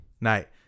Night